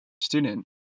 student